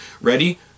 ready